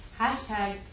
Hashtag